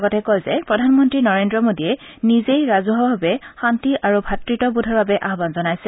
শ্ৰীকুমাৰে লগতে কয় যে প্ৰধানমন্ত্ৰী নৰেন্দ্ৰ মোদীয়ে নিজেই ৰাজহুৱাভাৱে শান্তি আৰু ভাতৃত্বোধৰ বাবে আয়ান জনাইছে